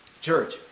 Church